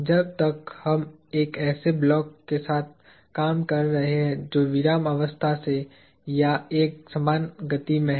जब तक हम एक ऐसे ब्लॉक के साथ काम कर रहे हैं जो विरामावस्था से या एकसमान गति में है